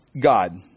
God